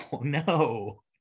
No